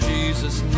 Jesus